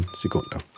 sekunder